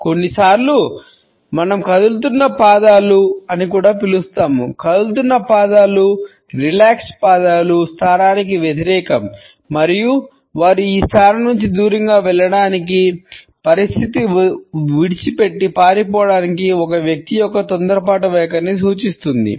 కొన్నిసార్లు మనం కదులుతున్న పాదాలు స్థానానికి వ్యతిరేకం మరియు వారు ఈ స్థానం నుండి దూరంగా వెళ్లడానికి పరిస్థితిని విడిచిపెట్టి పారిపోవడానికి ఒక వ్యక్తి యొక్క తొందరపాటు వైఖరిని సూచిస్తుంది